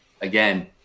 again